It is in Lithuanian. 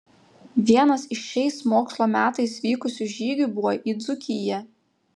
vienas iš šiais mokslo metais vykusių žygių buvo į dzūkiją